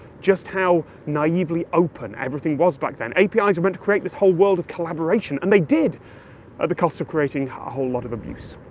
just how naively open everything was back then. apis were meant to create this whole world of collaboration, and they did at the cost of creating a whole lot of abuse.